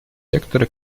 секторы